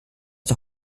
der